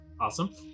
awesome